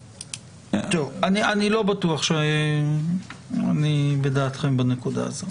אני לא בטוח שאני בדעתכם בנקודה הזאת.